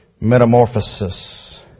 metamorphosis